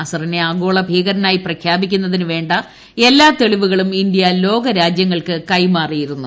അസറിനെ ആഗോള ഭീകരനായി പ്രഖ്യാപിക്കുന്നതിന് വേ എല്ലാ തെളിവുകളും ഇന്ത്യ ലോക രാജ്യങ്ങൾക്ക് കൈമാറിയിരുന്നു